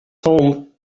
home